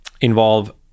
involve